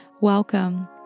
welcome